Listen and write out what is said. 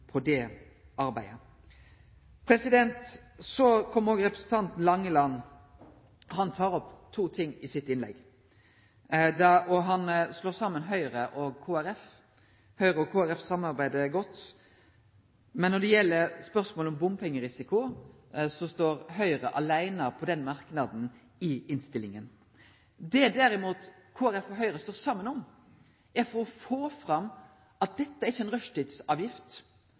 på det arbeidet? Så til representanten Langeland, som tek opp to ting i innlegget sitt, og han slår saman Høgre og Kristeleg Folkeparti. Høgre og Kristeleg Folkeparti samarbeider godt, men når det gjeld spørsmålet om bompengerisiko, står Høgre aleine om den merknaden i innstillinga. Det Kristeleg Folkeparti og Høgre derimot står saman om, er å få fram at dette ikkje er